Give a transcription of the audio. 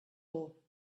por